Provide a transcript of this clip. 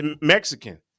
Mexican